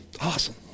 Awesome